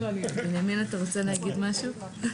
יהודית את רוצה להגיד משהו?